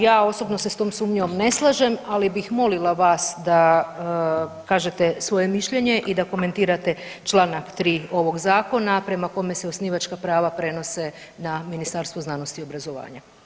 Ja osobno se s tom sumnjom ne slažem, ali bih molila vas da kažete svoje mišljenje i da komentirate čl. 3. ovog zakona prema kome se osnivačka prava prenose na Ministarstvo znanosti i obrazovanja.